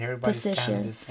position